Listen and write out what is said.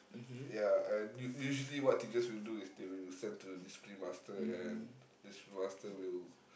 yeah and u~ usually what teachers will do is they will send to the discipline-master and discipline-master will